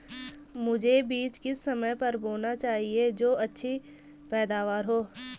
मुझे बीज किस समय पर बोना चाहिए जो अच्छी पैदावार हो?